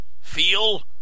feel